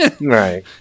Right